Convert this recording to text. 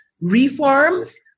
reforms